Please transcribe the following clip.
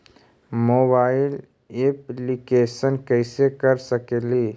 Mobile application कैसे कर सकेली?